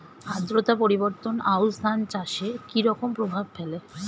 আদ্রতা পরিবর্তন আউশ ধান চাষে কি রকম প্রভাব ফেলে?